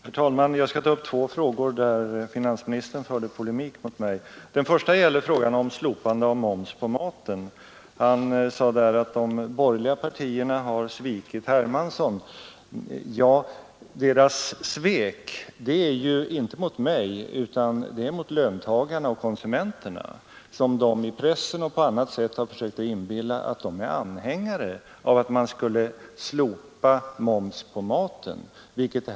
Herr talman! Jag skall ta upp två frågor där finansministern förde polemik mot mig. Den första gäller slopande av moms på maten. Finansministern sade att de borgerliga partierna har svikit herr Hermansson. Ja, deras svek gäller inte mig utan löntagarna och konsumenterna, som de i pressen och på annat sätt försökt inbilla att de är anhängare av att man skulle slopa moms på maten.